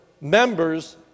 members